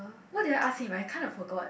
what did I ask him I kind of forgot